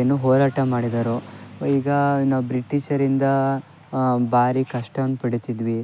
ಏನು ಹೋರಾಟ ಮಾಡಿದ್ದಾರೋ ಈಗ ನಾವು ಬ್ರಿಟಿಷರಿಂದ ಭಾರೀ ಕಷ್ಟವನ್ನು ಪಡೀತಿದ್ವಿ